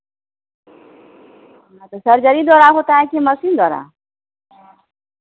हाँ तो सर्जरी द्वारा होता है कि मशीन द्वारा